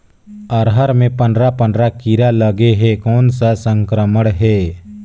अरहर मे पंडरा पंडरा कीरा लगे हे कौन सा संक्रमण हे?